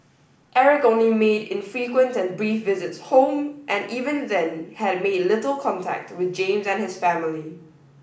Eric only made infrequent and brief visits home and even then had made little contact with James and his family